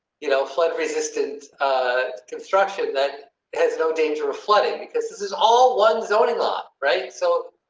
you know, flood resistant ah construction that has no danger of flooding, because this is all one zoning lot. right? so.